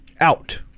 out